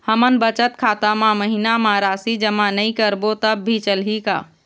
हमन बचत खाता मा महीना मा राशि जमा नई करबो तब भी चलही का?